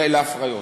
ליל ההפריות.